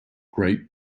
great